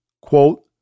quote